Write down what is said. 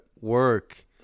work